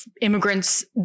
immigrants